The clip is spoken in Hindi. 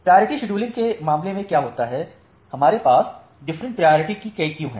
प्रायोरिटी शेड्यूलिंग के मामले में क्या होता है हमारे पास डिफरेंट प्रायोरिटीओं की कई क्यू हैं